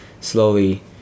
slowly